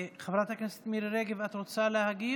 חברת הכנסת מירי רגב, את רוצה להגיב?